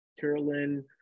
Carolyn